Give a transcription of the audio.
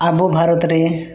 ᱟᱵᱚ ᱵᱷᱟᱨᱚᱛ ᱨᱮ